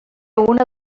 una